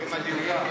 דברים על דיוקם.